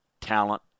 talent